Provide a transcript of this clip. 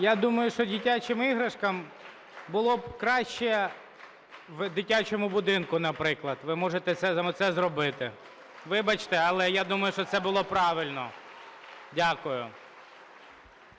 Я думаю, що дитячим іграшкам було б краще в дитячому будинку, наприклад. Ви можете це зробити. Вибачте, але я думаю, що це було б правильно. Дякую.